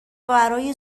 برای